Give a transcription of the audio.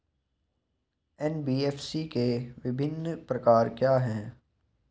NBFC के विभिन्न प्रकार क्या हैं?